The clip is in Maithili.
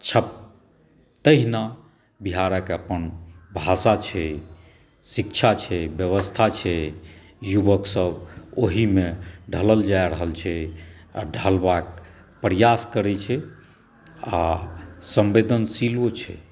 तहिना बिहारक अपन भाषा छै शिक्षा छै व्यवस्था छै युवक सभ ओहिमे ढ़लल जा रहल छै आ ढ़लबाक प्रयास करै छै आ सम्वेदनशीलो छै